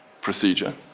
procedure